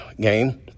game